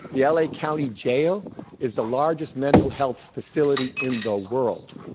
the l. a. county jail is the largest mental health facility in the world,